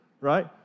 right